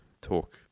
talk